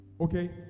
Okay